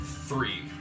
three